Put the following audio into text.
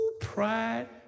Pride